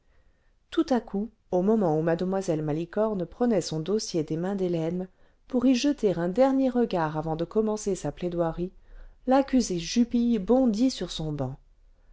tout à coup au moment où mademoiselle malicorne prenait son dossier des mains d'hélène pour y jeter un dernier regard avant de commencer sa plaidoirie l'accusé jupille bondit sur son banc